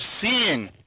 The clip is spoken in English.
seeing